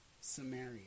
Samaria